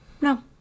No